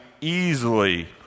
easily